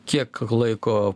kiek laiko